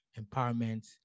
empowerment